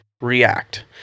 react